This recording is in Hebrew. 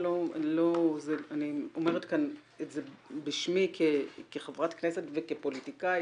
אני אומרת כאן את זה בשמי כחברת כנסת וכפוליטיקאית